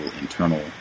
internal